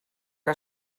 que